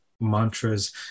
mantras